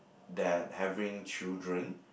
that having children